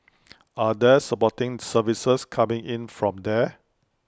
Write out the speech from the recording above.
are there supporting services coming in from there